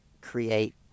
create